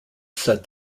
said